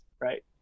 right